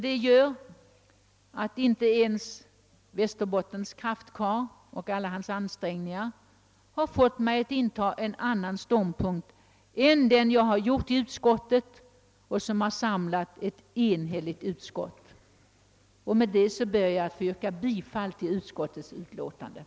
Det gör att inte ens Västerbottens kraftkarl och alla hans ansträngningar har fått mig att inta en annan ståndpunkt, än jag gjort i utskottet, en ståndpunkt som har samlat ett enhälligt utskott. Herr talman! Med detta ber jag att få yrka bifall till utskottets hemställan.